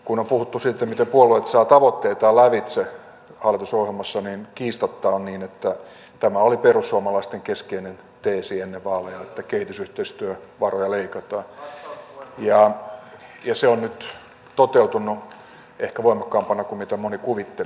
kun on puhuttu siitä miten puolueet saavat tavoitteitaan lävitse hallitusohjelmassa niin kiistatta on niin että tämä oli perussuomalaisten keskeinen teesi ennen vaaleja että kehitysyhteistyövaroja leikataan ja se on nyt toteutunut ehkä voimakkaampana kuin mitä moni kuvitteli